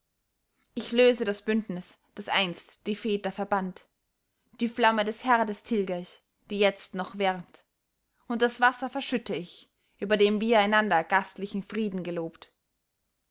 ich löse das bündnis das einst die väter verband die flamme des herdes tilge ich die jetzt noch wärmt und das wasser verschütte ich über dem wir einander gastlichen frieden gelobt